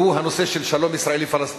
והוא הנושא של שלום ישראלי-פלסטיני,